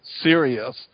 serious